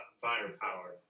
firepower